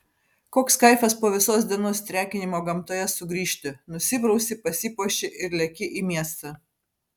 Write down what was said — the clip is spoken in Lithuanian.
koks kaifas po visos dienos trekinimo gamtoje sugrįžti nusiprausi pasipuoši ir leki į miestą